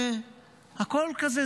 והכול כזה,